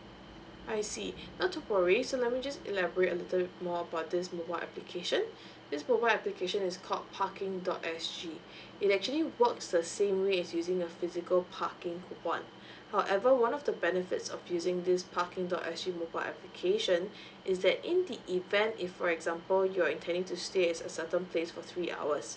I see not to worries so let me just elaborate a little bit more about this mobile application this mobile application is called parking dot s g it actually works the same way as using a physical parking coupon however one of the benefits of using this parking dot s g mobile application is that in the event if for example you're intending to stay at a certain place for three hours